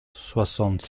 soixante